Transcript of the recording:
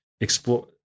explore